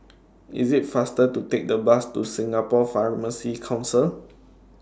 IT IS faster to Take The Bus to Singapore Pharmacy Council